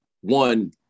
one